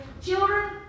Children